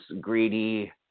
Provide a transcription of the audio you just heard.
greedy